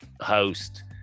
host